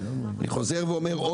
אני חוזר ואומר,